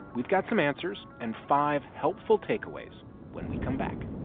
we've got some answers and five helpful takeaways when we come back